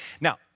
Now